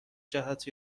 جهت